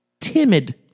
timid